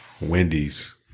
Wendy's